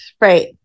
right